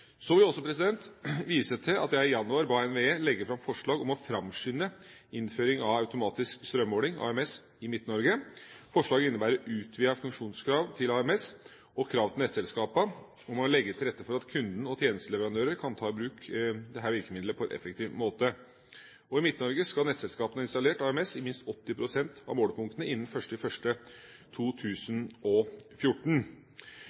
Så vil jeg også vise til at jeg i januar ba NVE legge fram forslag om å framskynde innføring av automatisk strømmåling, AMS, i Midt-Norge. Forslaget innebærer utvidet funksjonskrav til AMS og krav til nettselskapene om å legge til rette for at kunden og tjenesteleverandører kan ta i bruk dette virkemiddelet på en effektiv måte. I Midt-Norge skal nettselskapene ha installert AMS i minst 80 pst. av målepunktene innen